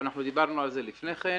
דיברנו על כך לפני כן,